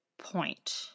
point